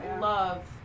love